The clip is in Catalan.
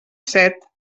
set